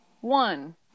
one